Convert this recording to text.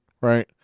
right